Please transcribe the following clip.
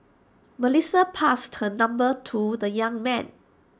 Melissa passed her number to the young man